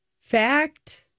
fact